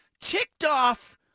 ticked-off